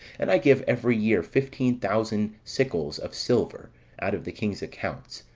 and i give every year fifteen thousand sickles of silver out of the king's accounts,